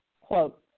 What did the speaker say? Quote